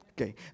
Okay